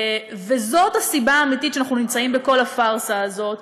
וזאת הסיבה האמיתית לכך שאנחנו נמצאים בכל הפארסה הזאת,